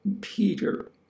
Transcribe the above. Peter